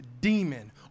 demon